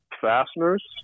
fasteners